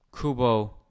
Kubo